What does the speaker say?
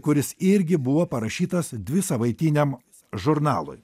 kuris irgi buvo parašytas dvisavaitiniam žurnalui